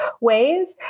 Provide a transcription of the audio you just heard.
ways